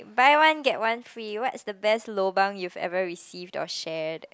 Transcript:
buy one get one free what is the best lobang you've ever received or shared